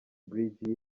bridge